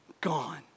Gone